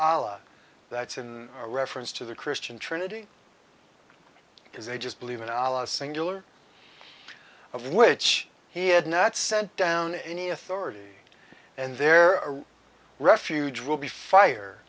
allah that's in reference to the christian trinity is they just believe in allah singular of which he had not sent down any authority and there are refuge will be fire